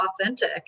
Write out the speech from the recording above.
authentic